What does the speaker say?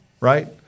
right